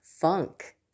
funk